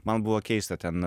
man buvo keista ten